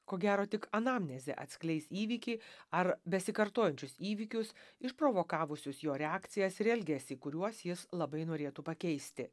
ko gero tik anamnezė atskleis įvykį ar besikartojančius įvykius išprovokavusius jo reakcijas ir elgesį kuriuos jis labai norėtų pakeisti